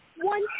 one